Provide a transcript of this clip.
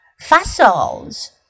Fossils